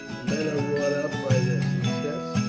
the men are wrought up by their success,